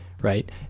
right